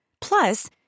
Plus